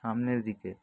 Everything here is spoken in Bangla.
সামনের দিকে